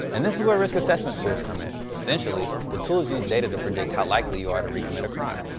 and this is where risk assessment tools come in. essentially, the tools use data to predict how likely you are to recommit a crime.